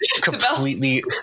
completely